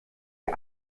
ihr